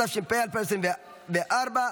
התשפ"ה 2024,